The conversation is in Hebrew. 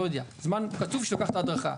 זמן קצוב שלוקחת ההדרכה,